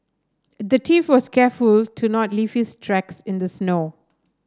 the thief was careful to not leave his tracks in the snow